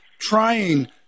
trying